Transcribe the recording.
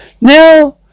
Now